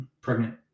pregnant